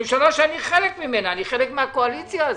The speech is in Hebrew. ממשלה שאני חלק ממנה, אני חלק מהקואליציה הזאת.